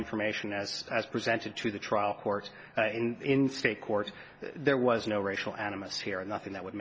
information as as presented to the trial court in a court there was no racial animus here and nothing that would